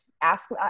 ask